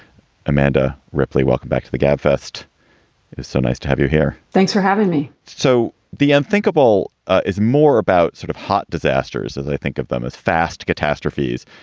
amanda ripley, welcome back to the gabfest. it's so nice to have you here. thanks for having me. so the unthinkable is more about sort of hot disasters that i think of them as fast catastrophes.